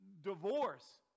divorce